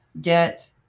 get